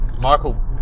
Michael